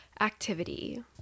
activity